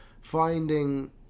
finding